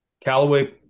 Callaway